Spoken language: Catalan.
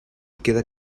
queda